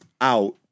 out